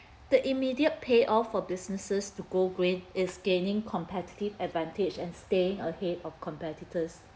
the immediate payoff for businesses to go green is gaining competitive advantage and staying ahead of competitors